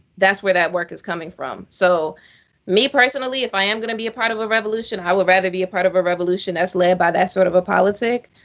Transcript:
that's where that work is coming from. so me personally, if i am gonna be a part of a revolution, i would rather be a part of a revolution that's led by that sort of a politic.